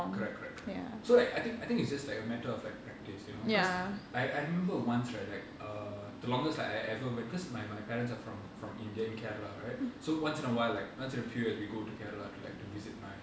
correct correct correct so like I think I think it's just like a matter of like practice you know cause I I remember once right like err the longest like I ever went cause my my parents are from from indian Kerala lah right so once in a while like once in a few years we go to Kerala to like visit my